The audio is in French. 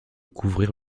couvrir